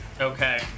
Okay